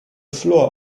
floor